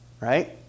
Right